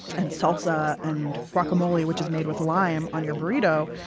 and salsa, and guacamole which is made with lime on your burrito,